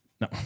No